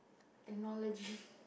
analogy